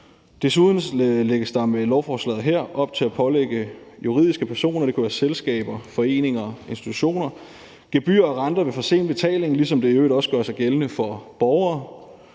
Desuden lægges der med lovforslaget her op til at pålægge juridiske personer – det kunne være selskaber, foreninger og institutioner – gebyr og renter ved forsinket betaling, ligesom det i øvrigt også gør sig gældende for borgere.